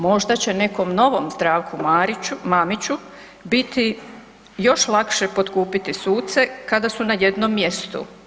Možda će nekom novom Zdravku Mamiću biti još lakše potkupiti suce kada su na jednom mjestu.